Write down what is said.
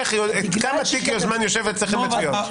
כמה זמן תיק יושב אצלכם בתביעות?